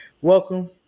Welcome